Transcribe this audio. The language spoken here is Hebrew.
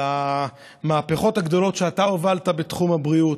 על המהפכות שאתה הובלת בתחום הבריאות.